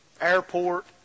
airport